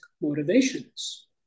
motivations